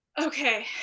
Okay